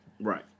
Right